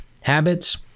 habits